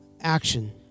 Action